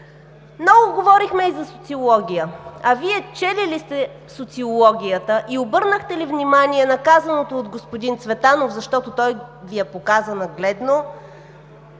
Много говорихме и за социология. А Вие чели ли сте социологията и обърнахте ли внимание на казаното от господин Цветанов, защото той Ви я показа нагледно